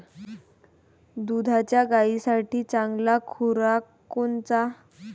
दुधाच्या गायीसाठी चांगला खुराक कोनचा?